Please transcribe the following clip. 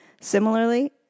Similarly